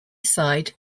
side